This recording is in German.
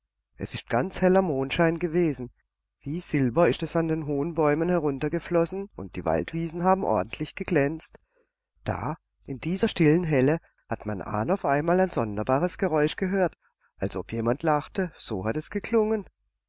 es ist ganz heller mondschein gewesen wie silber ist es an den hohen bäumen heruntergeflossen und die waldwiesen haben ordentlich geglänzt da in dieser stillen helle hat mein ahn auf einmal ein sonderbares geräusch gehört als ob jemand lachte so hat es geklungen